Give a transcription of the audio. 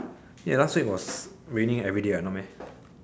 eh last week was raining everyday what no meh